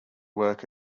work